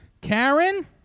Karen